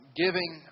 giving